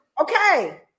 Okay